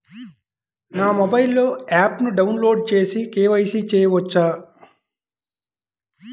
నా మొబైల్లో ఆప్ను డౌన్లోడ్ చేసి కే.వై.సి చేయచ్చా?